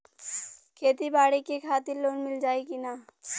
खेती बाडी के खातिर लोन मिल जाई किना?